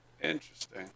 Interesting